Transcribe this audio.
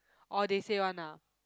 orh they say one ah